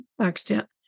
accident